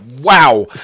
Wow